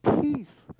peace